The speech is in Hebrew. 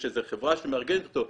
יש חברה שמארגנת אותו,